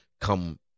come